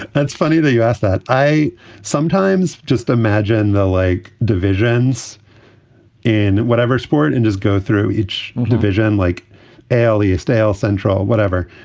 that's funny that you ask that. i sometimes just imagine the lake divisions in whatever sport and just go through each division like al east el centro or whatever.